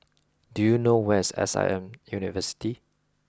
do you know where is S I M University